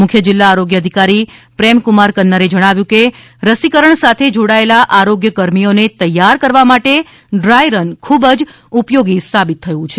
મુખ્ય જિલ્લા આરોગ્ય અધિકારી પ્રેમકુમાર કન્નરે જણાવ્યું હતું કે રસીકરણ સાથે જોડાયેલા આરોગ્ય કર્મીઓને તૈયાર કરવા માટે ડ્રાય રન ખૂબ ઉપયોગી સાબિત થયું છે